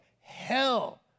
hell